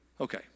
Okay